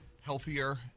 healthier